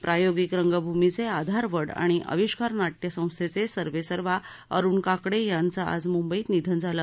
प्रायोगिक रंगभूमीचे आधारवड आणि आविष्कार नाट्यसंथेचे सर्वेसर्वा अरुण काकडे यांचं आज मुंबईत निधन झालं